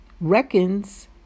reckons